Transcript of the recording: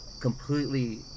Completely